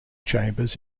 chambers